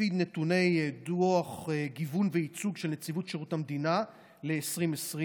לפי נתוני דוח גיוון וייצוג של נציבות שירות המדינה ל-2020,